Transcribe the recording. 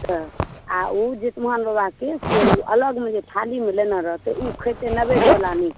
आ ओ जितवाहन बाबाकेँ अलगसे थालीमे लेने रहतै ओ खेतै नैवेद्य वाला